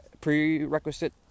prerequisite